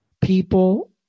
people